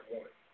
one